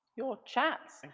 your chats.